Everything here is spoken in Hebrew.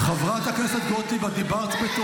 חברת הכנסת גוטליב, אני לא יכול לתת לדובר להמשיך,